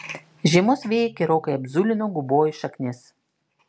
žiemos vėjai gerokai apzulino gubojų šaknis